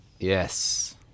Yes